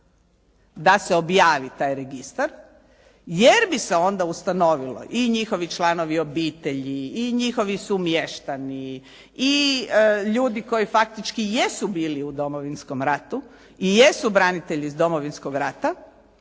da se objavi taj registar, jer bi se onda ustanovilo i njihovi članovi, obitelji i njihovi sumještani i ljudi koji faktički jesu bili u Domovinskom ratu i jesu branitelji iz Domovinskog rata,